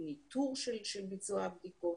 עם ניטור של ביצוע הבדיקות,